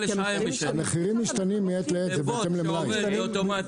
המחירים משתנים מעת לעת בהתאם למלאי.